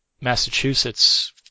Massachusetts